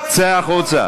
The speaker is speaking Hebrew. החוצה.